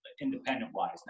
independent-wise